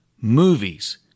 Movies